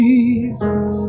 Jesus